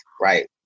right